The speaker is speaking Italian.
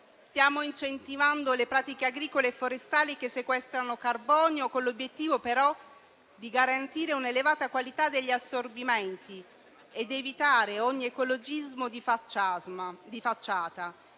Stiamo incentivando le pratiche agricole e forestali che sequestrano carbonio, con l'obiettivo però di garantire un'elevata qualità degli assorbimenti ed evitare ogni ecologismo di facciata.